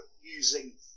using